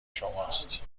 شماست